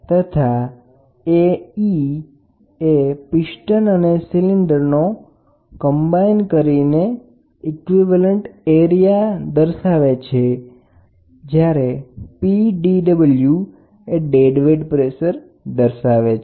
Ac એ piston અને સિલિન્ડરનો ભેગો મળીને થયેલ સમાન વિસ્તાર છે